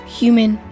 human